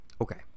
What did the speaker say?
Okay